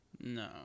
no